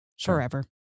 forever